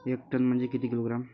एक टन म्हनजे किती किलोग्रॅम?